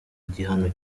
igihano